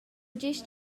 gest